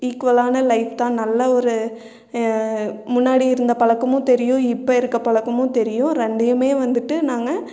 ஈக்குவலான லைஃப் தான் நல்ல ஒரு முன்னாடி இருந்த பழக்கமும் தெரியும் இப்போ இருக்க பழக்கமும் தெரியும் ரெண்டையுமே வந்துவிட்டு நாங்கள்